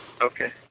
Okay